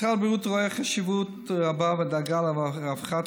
משרד הבריאות רואה חשיבות רבה בדאגה לרווחת